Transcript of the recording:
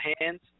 hands